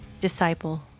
Disciple